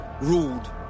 ruled